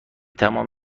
تمام